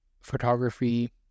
photography